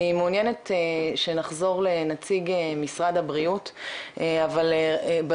אני מעוניינת שנחזור לנציג משרד הבריאות בזום,